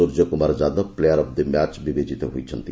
Suryakumar Yadav player of the match ଭାବେ ଘୋଷିତ ହୋଇଛନ୍ତି